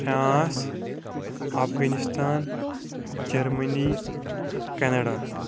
France Afghanistan Germany Canada